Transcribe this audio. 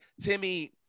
Timmy